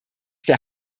der